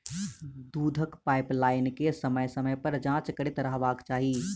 दूधक पाइपलाइन के समय समय पर जाँच करैत रहबाक चाही